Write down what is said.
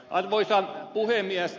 arvoisa puhemies